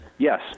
Yes